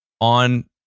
on